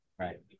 Right